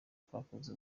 twakoze